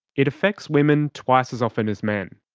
it affects women twice as often as men.